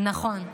נכון.